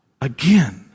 again